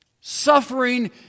suffering